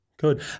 Good